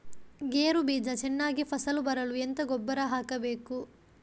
ಗೇರು ಬೀಜ ಚೆನ್ನಾಗಿ ಫಸಲು ಬರಲು ಎಂತ ಗೊಬ್ಬರ ಹಾಕಬೇಕು?